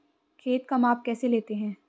खेत का माप कैसे लेते हैं?